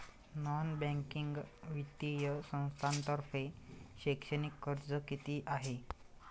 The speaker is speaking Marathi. नॉन बँकिंग वित्तीय संस्थांतर्फे शैक्षणिक कर्ज किती आहे?